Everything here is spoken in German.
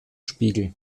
spiegel